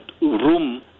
room